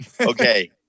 Okay